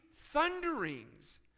thunderings